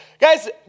Guys